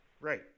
Right